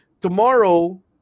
Tomorrow